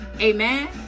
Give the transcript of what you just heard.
Amen